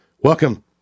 Welcome